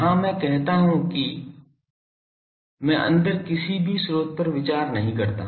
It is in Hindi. यहां मैं कहता हूं कि मैं अंदर किसी भी स्रोत पर विचार नहीं करता